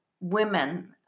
women